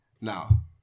Now